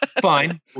Fine